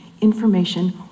information